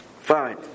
Fine